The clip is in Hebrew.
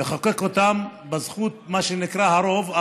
לחוקק אותם בזכות מה שנקרא הרוב,